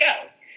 girls